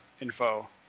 info